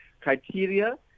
Criteria